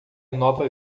nova